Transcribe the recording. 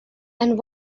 and